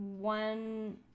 one